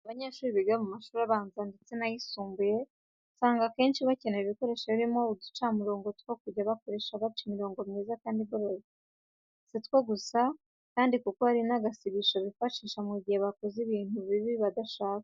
Abanyeshyuri biga mu mashuri abanza ndetse n'ayisumbuye usanga akenshi bakenera ibikoresho birimo uducamurongo two kujya bakoresha baca imirongo myiza kandi igororotse. Si two gusa kandi kuko hari n'agasibisho bifashisha mu gihe bakoze ibintu bibi badashika.